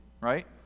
right